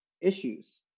issues